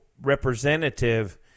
representative